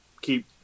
keep